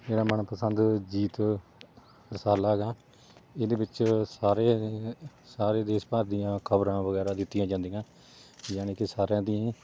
ਮੇਰਾ ਮਨ ਪਸੰਦ ਅਜੀਤ ਰਸਾਲਾ ਗਾ ਇਹਦੇ ਵਿੱਚ ਸਾਰੇ ਸਾਰੇ ਦੇਸ਼ ਭਰ ਦੀਆਂ ਖਬਰਾਂ ਵਗੈਰਾ ਦਿੱਤੀਆਂ ਜਾਂਦੀਆਂ ਯਾਨੀ ਕਿ ਸਾਰਿਆਂ ਦੀ